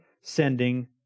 sending